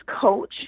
coach